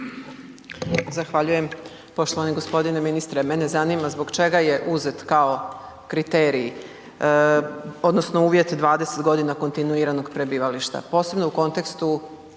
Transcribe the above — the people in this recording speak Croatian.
Zahvaljujem. Poštovani gospodine ministre. Mene zanima zbog čega je uzet kao kriterij odnosno uvjet 20 godina kontinuiranog prebivališta, posebno u kontekstu,